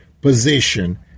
position